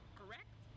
correct